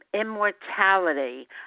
immortality